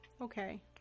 okay